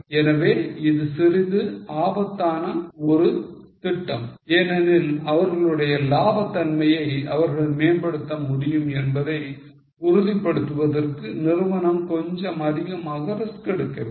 எனவே இது சிறிது ஆபத்தான ஒரு திட்டம் ஏனெனில் அவர்களுடைய லாபத் தன்மையை அவர்கள் மேம்படுத்த முடியும் என்பதை உறுதிப்படுத்துவதற்கு நிறுவனம் கொஞ்சம் அதிகமாக risk எடுக்க வேண்டும்